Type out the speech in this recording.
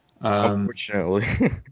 Unfortunately